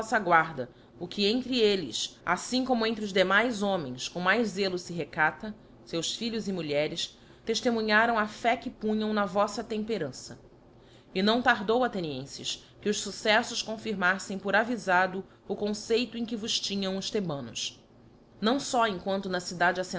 voffa guarda o que entre elles aífim como entre os demais homens com maior zelo fe recata feus filhos e mulheres teílemunharam a fé que punham na voíta temperança e não tardou athenienfes que os fucceífos confirmaffem por avifado o conceito em que vos tinham os thebanos não fó em quanto na cidade